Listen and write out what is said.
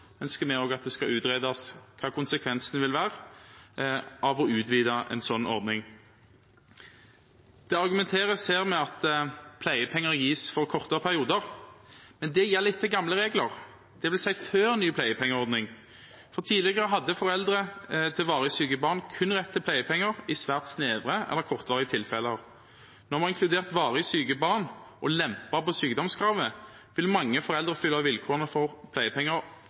ønsker vi også at det skal utredes hva konsekvensene vil være av å utvide en slik ordning. Det argumenteres her med at pleiepenger gis for kortere perioder, men det gjelder etter gamle regler, dvs. før ny pleiepengeordning. Tidligere hadde foreldre til varig syke barn kun rett til pleiepenger i svært snevre eller kortvarige tilfeller. Når man har inkludert varig syke barn og lempet på sykdomskravet, vil mange foreldre fylle vilkårene for pleiepenger